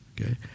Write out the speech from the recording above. okay